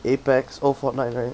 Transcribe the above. apex~ oh fortnite right